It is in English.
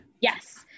Yes